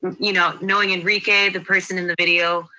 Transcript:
you know knowing enrique, the person in the video,